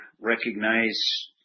recognize